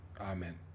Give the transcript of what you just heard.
Amen